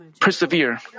persevere